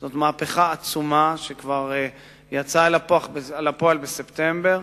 זו מהפכה עצומה, שכבר יצאה אל הפועל בספטמבר,